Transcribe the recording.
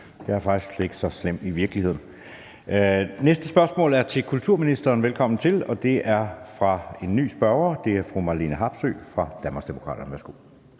jeg er faktisk slet ikke så slem i virkeligheden. Næste spørgsmål er til kulturministeren – velkommen til – og det er fra en ny spørger, fru Marlene Harpsøe fra Danmarksdemokraterne.